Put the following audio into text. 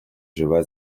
живе